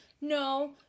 no